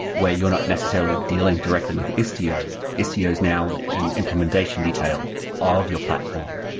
where you're not necessarily dealing directly with istio, istio is now and an implementation detail of your platform,